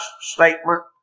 statement